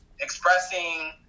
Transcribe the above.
expressing